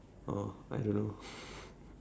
oh I don't know